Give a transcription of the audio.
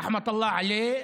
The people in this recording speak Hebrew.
רחמת אללה עליה.